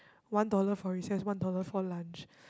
one dollar for recess one dollar for lunch